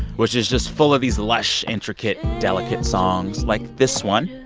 which is just full of these lush, intricate, delicate songs, like this one.